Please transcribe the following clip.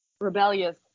rebellious